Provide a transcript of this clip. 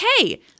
okay